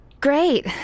great